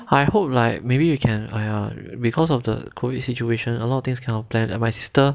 I hope like maybe we can !aiya! because of the COVID situation a lot of things cannot plan my sister